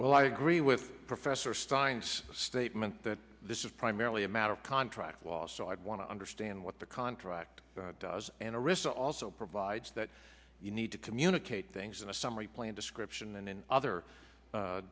well i agree with professor science statement that this is primarily a matter of contract law so i want to understand what the contract does and arista also provides that you need to communicate things in a summary plan description and in other